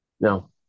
no